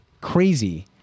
crazy